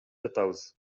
жатабыз